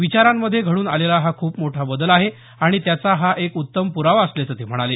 विचारांमध्ये घडून आलेला हा खूप मोठा बदल आहे आणि त्याचा हा एक उत्तम प्रावा असल्याचं ते म्हणाले